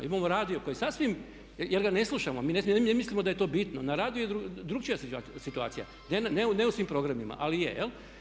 Imamo radio koji sasvim, jer ga ne slušamo, mi ne mislimo da je to bitno, na radiju je drukčija situacija, ne u svim programima ali je.